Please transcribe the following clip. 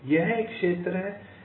यह एक क्षेत्र है